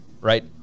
right